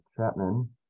Chapman